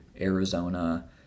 Arizona